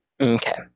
Okay